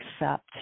accept